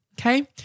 okay